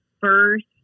first